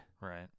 Right